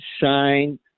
shine